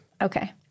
Okay